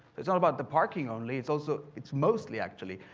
it's not about the parking only it's ah so it's mostly actually,